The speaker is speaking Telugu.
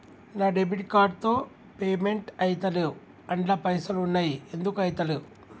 నా డెబిట్ కార్డ్ తో పేమెంట్ ఐతలేవ్ అండ్ల పైసల్ ఉన్నయి ఎందుకు ఐతలేవ్?